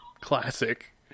classic